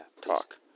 talk